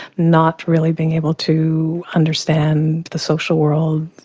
not really being able to understand the social world,